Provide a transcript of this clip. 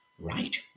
Right